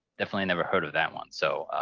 definitely never heard of that one. so,